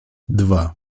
dwa